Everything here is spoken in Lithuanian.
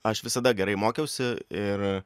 aš visada gerai mokiausi ir